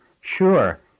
Sure